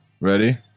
Ready